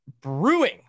brewing